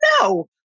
no